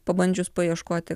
pabandžius paieškoti